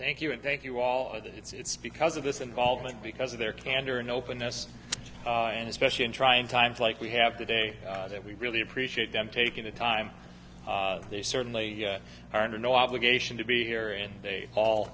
thank you and thank you all i did it's because of this involvement because of their candor and openness and especially in trying times like we have today that we really appreciate them taking the time they certainly are no obligation to be here and they all